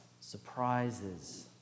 surprises